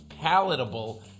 palatable